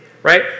Right